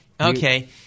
Okay